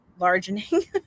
largening